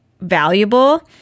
valuable